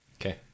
Okay